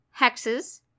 hexes